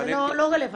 לא רלוונטי.